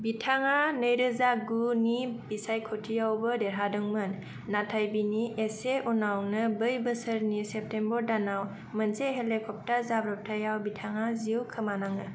बिथाङा नैरोजागुनि बिसायख'थियावबो देरहादोंमोन नाथाय बिनि एसे उनावनो बै बोसोरनि सेप्तेम्बर दानाव मोनसे हेलिक'प्टार जाब्र'बथायाव बिथाङा जिउ खोमानाङो